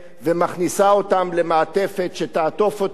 ומכניסה אותם למעטפת שתעטוף אותם,